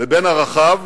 לבין ערכיו,